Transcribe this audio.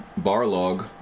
Barlog